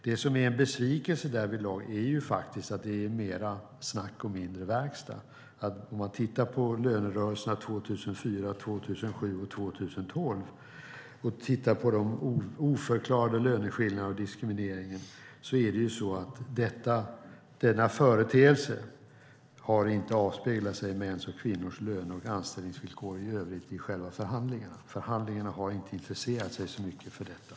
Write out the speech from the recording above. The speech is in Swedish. Det som är en besvikelse därvidlag är att det är mer snack och mindre verkstad. Om man tittar på lönerörelserna 2004, 2007 och 2012 och på de oförklarade löneskillnaderna och diskrimineringen kan man se att denna företeelse inte har avspeglats i mäns och kvinnors löne och anställningsvillkor i övrigt i själva förhandlingarna. I förhandlingarna har man inte intresserat sig så mycket för detta.